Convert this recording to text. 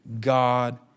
God